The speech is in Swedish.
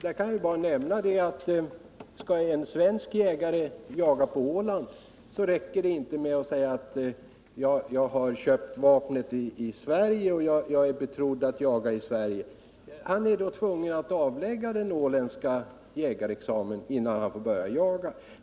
Jag kan nämna att om en svensk jägare vill jaga på Åland, så räcker det inte med att han säger att han köpt vapnet i Sverige och att han är betrodd att jaga där, utan han är tvungen att avlägga den åländska jägarexamen innan han får börja jaga.